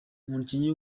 umukinnyi